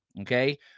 Okay